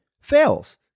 fails